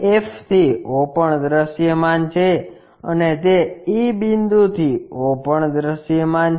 f થી o પણ દૃશ્યમાન છે અને તે e બિંદુથી o પણ દૃશ્યમાન છે